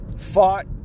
fought